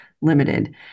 limited